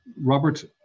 Robert